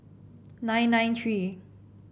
nine nine three